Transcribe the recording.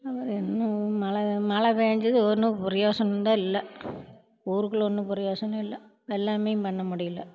அதே மாதிரி இன்னும் மழை மழை பேஞ்சிது ஒன்று பிரயோஜனம் தான் இல்லை ஊருக்குள்ள ஒன்று பிரயோஜனம் இல்லை வெள்ளாமையும் பண்ண முடியல